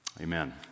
Amen